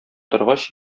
торгач